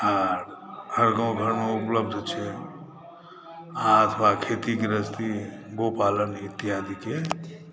आर हर गाँव घरमे उपलब्ध छै आ अथवा खेती गृहस्थी गौ पालन इत्यादिके